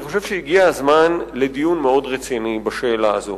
אני חושב שהגיע הזמן לדיון מאוד רציני בשאלה הזאת.